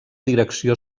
direcció